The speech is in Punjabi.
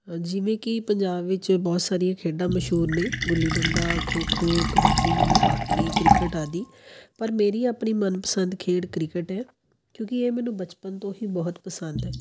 ਜਿਵੇਂ ਕਿ ਪੰਜਾਬ ਵਿੱਚ ਬਹੁਤ ਸਾਰੀਆਂ ਖੇਡਾਂ ਮਸ਼ਹੂਰ ਨੇ ਗੁੱਲੀ ਡੰਡਾ ਖੋ ਖੋ ਕਬੱਡੀ ਹਾਕੀ ਕ੍ਰਿਕਟ ਆਦਿ ਪਰ ਮੇਰੀ ਆਪਣੀ ਮਨਪਸੰਦ ਖੇਡ ਕ੍ਰਿਕਟ ਹੈ ਕਿਉਂਕਿ ਇਹ ਮੈਨੂੰ ਬਚਪਨ ਤੋਂ ਹੀ ਬਹੁਤ ਪਸੰਦ